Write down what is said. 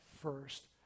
first